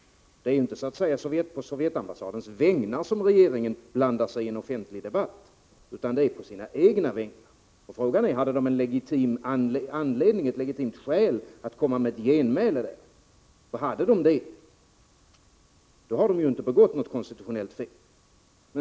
Det var inte å Sovjetregeringens vägnar som regeringen blandade sig i en offentlig debatt, utan å sina egna vägnar. Frågan är då om regeringen hade ett legitimt skäl att komma med ett genmäle. Hade regeringen det, begick den ju inte något konstitutionellt fel.